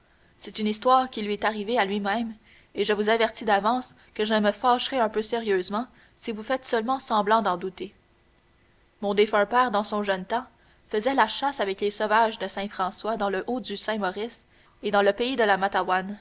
c'est une histoire qui lui est arrivée à lui-même et je vous avertis d'avance que je me fâcherai un peu sérieusement si vous faites seulement semblant d'en douter mon défunt père dans son jeune temps faisait la chasse avec les sauvages de saint françois dans le haut du saint-maurice et dans le pays de la matawan